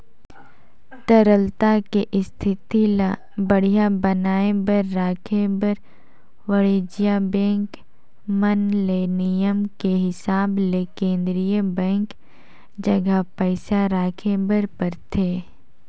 तरलता के इस्थिति ल बड़िहा बनाये बर राखे बर वाणिज्य बेंक मन ले नियम के हिसाब ले केन्द्रीय बेंक जघा पइसा राखे बर परथे